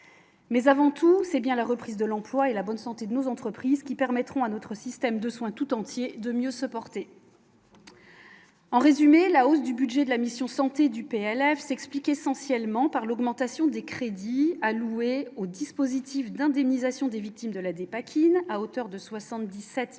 mais avant tout, c'est bien la reprise de l'emploi et la bonne santé de nos entreprises qui permettront à notre système de soins tout entier de mieux se porter, en résumé, la hausse du budget de la mission santé du PLF s'explique essentiellement par l'augmentation des crédits alloués au dispositif d'indemnisation des victimes de la dépakine à hauteur de 77 millions